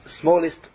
smallest